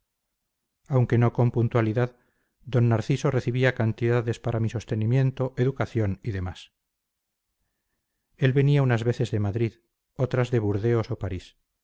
aunque no con puntualidad d narciso recibía cantidades para mi sostenimiento educación y demás él venía unas veces de madrid otras de burdeos o parís